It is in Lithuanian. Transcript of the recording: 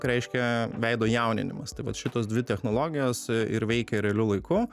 reiškia veido jauninimas tai vat šitos dvi technologijos ir veikia realiu laiku